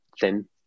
thin